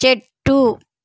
చెట్టు